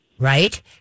Right